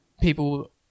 people